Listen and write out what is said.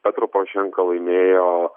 petro porošenka laimėjo